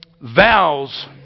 vows